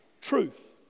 truth